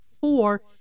Four